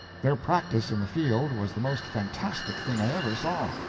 their practice in the field was the most fantastic thing i ever saw.